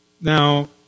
Now